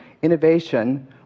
innovation